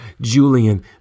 Julian